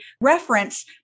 reference